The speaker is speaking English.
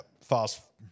fast